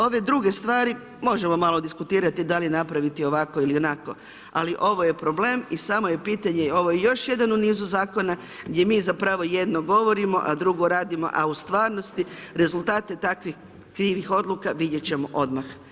Ove drug stvari, možemo malo diskutirati, da li napraviti ovako ili onako, ali ovo je problem i samo je pitanje, ovo je još jedan u nizu zakona, gdje mi zapravo jedno govorimo, a drugo radimo, a u stvarnosti, rezultate takvih krivih odluka vidjeti ćemo odmah.